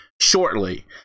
shortly